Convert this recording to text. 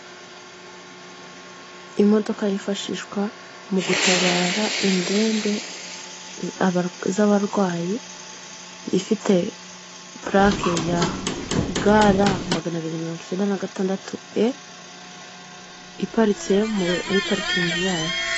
Imodoka yifashishwa mu gutabara indembe z'abarwayi iite purake ya ga, ra maganabiri mirongo icyenda na gatandatu, iparitse muri parikingi yayo.